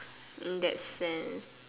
that sense